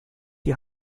die